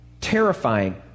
Terrifying